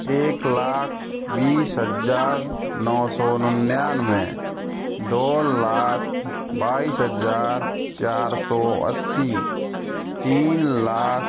एक लाख बीस हज़ार नौ सौ निन्यानवे दो लाख बाइस हज़ार चार सौ अस्सी तीन लाख